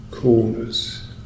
Corners